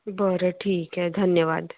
बरं ठीक आहे धन्यवाद